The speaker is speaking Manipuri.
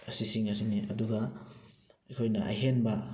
ꯑꯁꯤꯁꯤꯡ ꯑꯁꯤꯅꯤ ꯑꯗꯨꯒ ꯑꯩꯈꯣꯏꯅ ꯑꯍꯦꯟꯕ